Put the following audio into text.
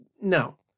no